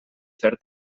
fer